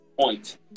point